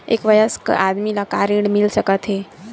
एक वयस्क आदमी ला का ऋण मिल सकथे?